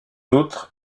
outre